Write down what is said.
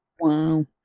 Wow